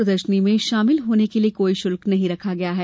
प्रदर्शनी में शामिल होने के लिये कोई शुल्क नहीं रखा गया है